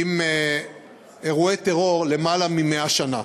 עם אירועי טרור למעלה מ-100 שנה.